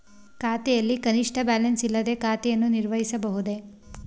ಖಾತೆಯಲ್ಲಿ ಕನಿಷ್ಠ ಬ್ಯಾಲೆನ್ಸ್ ಇಲ್ಲದೆ ಖಾತೆಯನ್ನು ನಿರ್ವಹಿಸಬಹುದೇ?